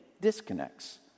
disconnects